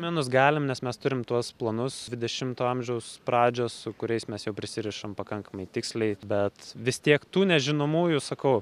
minus galim nes mes turim tuos planus dvidešimto amžiaus pradžios su kuriais mes jau prisirišam pakankamai tiksliai bet vis tiek tų nežinomųjų sakau